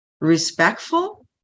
respectful